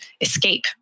escape